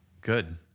Good